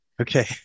Okay